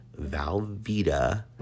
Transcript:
Valvita